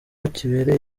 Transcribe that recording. kibereye